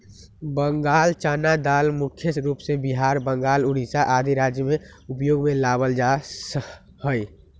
बंगाल चना दाल मुख्य रूप से बिहार, बंगाल, उड़ीसा आदि राज्य में उपयोग में लावल जा हई